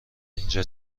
اینجا